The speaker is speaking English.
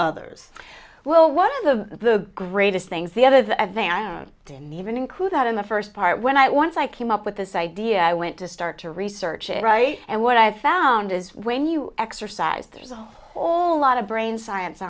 others well one of the greatest things the other the advantage didn't even include that in the first part when i once i came up with this idea i went to start to research it right and what i found is when you exercise there's a whole lot of brain science